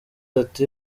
ati